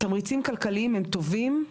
תמריצים כלכליים הם טובים,